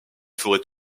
forêts